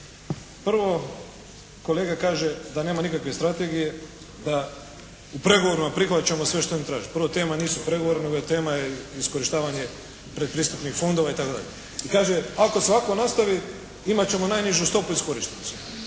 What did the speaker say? Prvo, kolega kaže da nema nikakve strategije, da u pregovorima prihvaćamo sve što oni traže. Prvo, tema nisu pregovori nego je tema je iskorištavanje predpristupnih fondova i tako dalje. I kaže ako se ovako nastavi imat ćemo najnižu stopu iskorištenosti.